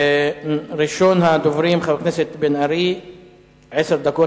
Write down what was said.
הצעות לסדר-היום מס' 2819,